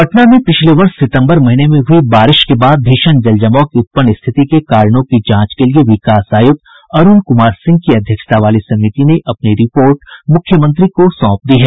पटना में पिछले वर्ष सितम्बर महीने में हुई बारिश के बाद भीषण जल जमाव की उत्पन्न स्थिति के कारणों की जांच के लिए विकास आयुक्त अरूण कुमार सिंह की अध्यक्षता वाली समिति ने अपनी रिपोर्ट मुख्यमंत्री को सौंप दी है